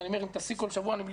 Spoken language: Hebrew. ואם תקיימי דיון כל שבוע אני,